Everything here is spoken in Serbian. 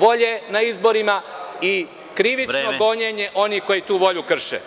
volje na izborima i krivično gonjenje onih koji tu volju krše.